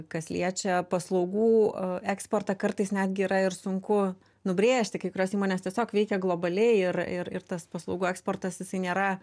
kas liečia paslaugų eksportą kartais netgi yra ir sunku nubrėžti kai kurios įmonės tiesiog veikia globaliai ir ir tas paslaugų eksportas jisai nėra